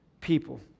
people